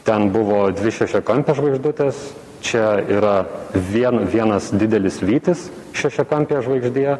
ten buvo dvi šešiakampės žvaigždutės čia yra vien vienas didelis vytis šešiakampėje žvaigždėje